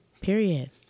Period